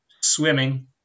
swimming